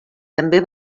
també